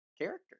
character